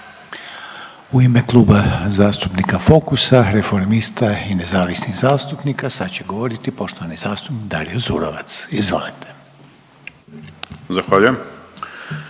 U ime Kluba zastupnika Fokusa, Reformista i nezavisnih zastupnika sad će govoriti poštovani zastupnik Dario Zurovec. Izvolite. **Zurovec,